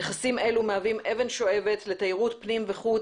נכסים אלו מהווים אבן שואבת לתיירות פנים וחוץ